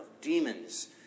demons